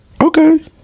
Okay